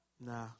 Nah